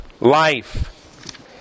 life